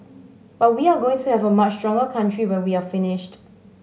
but we're going to have a much stronger country when we're finished